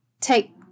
take